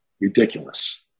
ridiculous